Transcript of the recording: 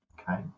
Okay